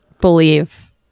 believe